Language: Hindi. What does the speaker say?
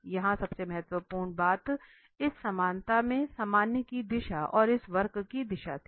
यहां सबसे महत्वपूर्ण बात इस समानता में सामान्य की दिशा और इस वक्र की दिशा थी